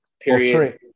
period